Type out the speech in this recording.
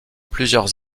plusieurs